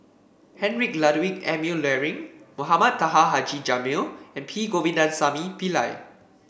Heinrich Ludwig Emil Luering Mohamed Taha Haji Jamil and P Govindasamy Pillai